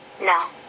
No